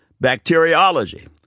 Bacteriology